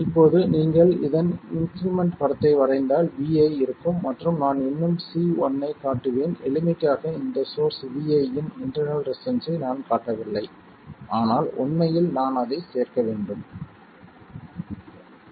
இப்போது நீங்கள் இதன் இன்க்ரிமெண்ட் படத்தை வரைந்தால் vi இருக்கும் மற்றும் நான் இன்னும் C1 ஐ காட்டுவேன் எளிமைக்காக இந்த சோர்ஸ் vi இன் இன்டெர்னல் ரெசிஸ்டன்ஸ்ஸை நான் காட்டவில்லை ஆனால் உண்மையில் நான் அதை சேர்க்க முடியும்